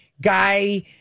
guy